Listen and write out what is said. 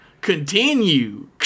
Continue